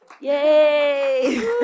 Yay